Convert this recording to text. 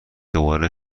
دوباره